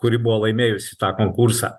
kuri buvo laimėjusi tą konkursą